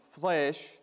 flesh